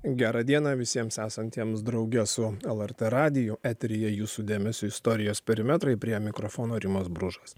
gerą dieną visiems esantiems drauge su lrt radiju eteryje jūsų dėmesiui istorijos perimetrai prie mikrofono rimas bružas